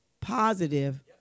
positive